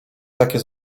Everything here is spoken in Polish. takie